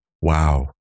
Wow